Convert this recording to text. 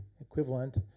equivalent